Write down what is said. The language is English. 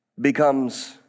becomes